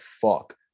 fuck